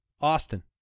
Austin